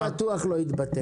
זה בטוח לא יתבטל.